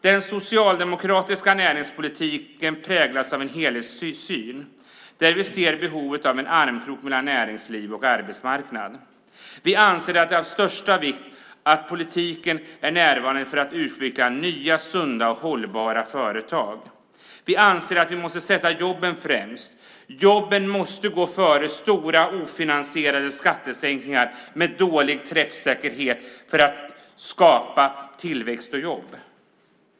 Den socialdemokratiska näringspolitiken präglas av en helhetssyn där vi ser behovet av en armkrok mellan näringsliv och arbetsmarknad. Vi anser att det är av största vikt att politiken är närvarande för att utveckla nya, sunda och hållbara företag. Vi anser att vi måste sätta jobben främst. Jobben måste gå före stora ofinansierade skattesänkningar med dålig träffsäkerhet för att skapa tillväxt och jobb.